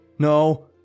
No